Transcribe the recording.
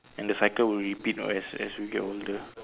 and the cycle will repeat as as we get older